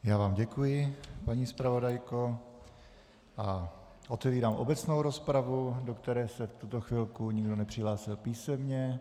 Já vám děkuji, paní zpravodajko, a otevírám obecnou rozpravu, do které se v tuto chvilku nikdo nepřihlásil písemně.